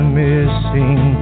missing